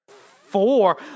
Four